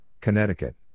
Connecticut